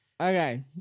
Okay